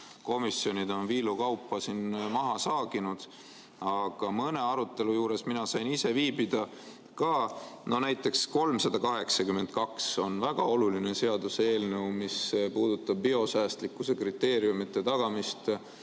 komisjonid on viilu kaupa maha saaginud. Aga mõne arutelu juures ma sain ise ka viibida. Näiteks eelnõu 382 on väga oluline seaduseelnõu, mis puudutab biosäästlikkuse kriteeriumide tagamist,